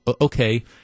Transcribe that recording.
okay